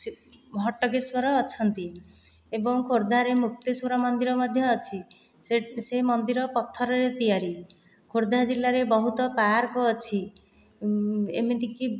ଘଟକେଶ୍ୱର ଅଛନ୍ତି ଏବଂ ଖୋର୍ଦ୍ଧାରେ ମୁକ୍ତେଶ୍ଵର ମନ୍ଦିର ମଧ୍ୟ ଅଛି ସେ ମନ୍ଦିର ପଥରରେ ତିଆରି ଖୋର୍ଦ୍ଧା ଜିଲ୍ଲାରେ ବହୁତ ପାର୍କ ଅଛି ଏମିତିକି